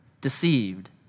deceived